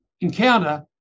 encounter